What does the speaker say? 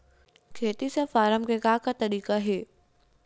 खेती से फारम के का तरीका हे?